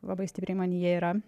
labai stipriai manyje yra